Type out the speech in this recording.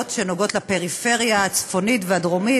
שנוגעות לפריפריה הצפונית והדרומית,